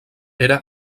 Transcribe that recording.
era